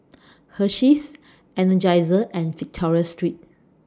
Hersheys Energizer and Victoria Secret